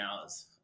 hours